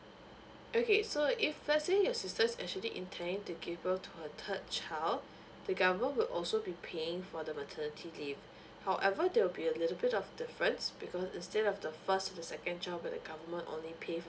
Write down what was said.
okay so if let's say your sister actually intending to give birth to a third child the government would also be paying for the maternity leave however there will be a little bit of difference because instead of the first and the second where the government only pay